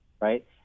right